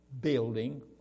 building